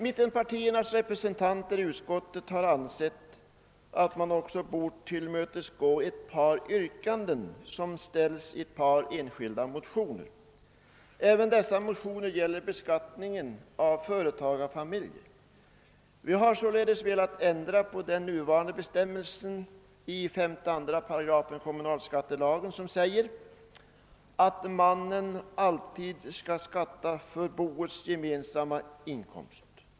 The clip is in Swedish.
Mittenpartiernas representanter i utskottet har ansett, att man också bort tillmötesgå några yrkanden som ställs i ett par enskilda motioner. Även dessa motioner gäller beskattningen av företagarfamiljer. Vi har således velat ändra på den nuvarande bestämmelsen i 52 § kommunalskattelagen som säger, att mannen alltid skall skatta för boets gemensamma inkomst.